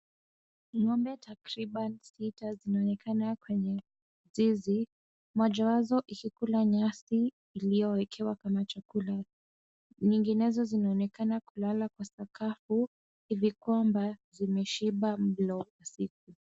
Ng'ombe takriban sita, zinaonekana kwenye zizi. Mojawapo ikikula nyasi iliyowekewa kama chakula. Nyinginezo zikionekana kulala kwa sakafu, hivi kwamba zimeshiba mlo wa siku.